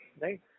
right